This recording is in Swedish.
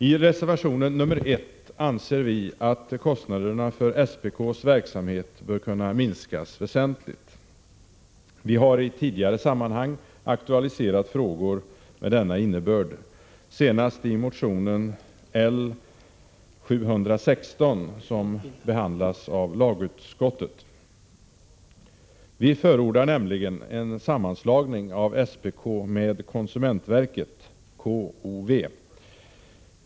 I reservation nr 1 framför vi att kostnaderna för SPK:s verksamhet bör kunna minskas väsentligt. Vi har i tidigare sammanhang aktualiserat frågor med denna innebörd, senast i motion L716 som behandlas av lagutskottet. Vi förordar nämligen en sammanslagning av SPK med konsumentverket, KOV.